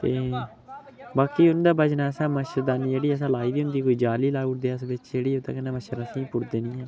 ते बाकी उ'नें बचने आस्तै मच्छरदानी जेह्ड़ी असें लाई दी होंदी कोई जाली लाई ओड़दे अस बिच्च जेह्ड़ी ओह्दे कन्नै मच्छर असेंगी पुड़दे नी ऐ